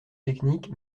technique